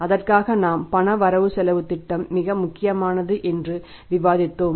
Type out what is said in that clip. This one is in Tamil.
அதற்காக நாம் பண வரவு செலவுத் திட்டம் மிக முக்கியமானது என்று நாம் விவாதித்தோம்